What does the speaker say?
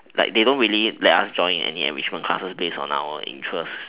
like they don't really let us join any enrichment classes based on our interests